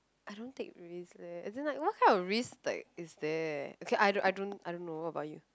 I don't take risks leh as in like what kind of risks like is there okay I don't I don't know what about you